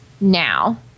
now